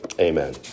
amen